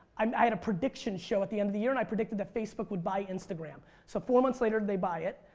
um i had a prediction show at the end of the year and i predicted facebook would buy instagram so four months later they buy it.